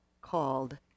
called